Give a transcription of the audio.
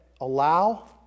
allow